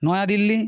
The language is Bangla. নয়া দিল্লি